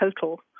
total